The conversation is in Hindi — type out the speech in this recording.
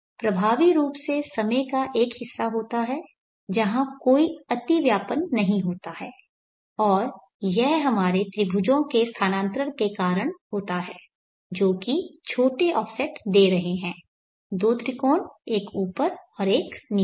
प्रभावी रूप से समय का एक हिस्सा होता है जहां कोई अतिव्यापन नहीं होता है और यह हमारे त्रिभुजों के स्थानांतरण के कारण होता है जो कि छोटे ऑफसेट दे रहे हैं दो त्रिकोण एक ऊपर और एक नीचे